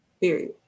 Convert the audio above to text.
period